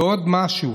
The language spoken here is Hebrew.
ועוד משהו: